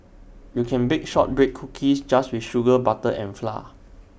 you can bake Shortbread Cookies just with sugar butter and flour